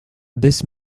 this